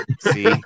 See